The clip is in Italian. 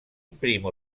primo